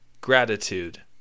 gratitude